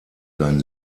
sein